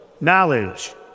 knowledge